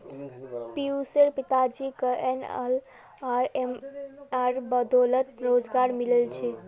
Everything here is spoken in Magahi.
पियुशेर पिताजीक एनएलआरएमेर बदौलत रोजगार मिलील छेक